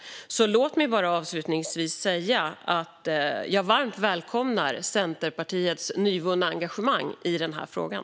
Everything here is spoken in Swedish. Låt mig avslutningsvis säga att jag varmt välkomnar Centerpartiets nyvunna engagemang i frågan.